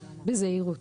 בזהירות".